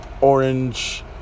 Orange